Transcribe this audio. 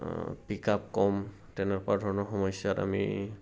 পিক up কম তেনেকুৱা ধৰণৰ সমস্যাত আমি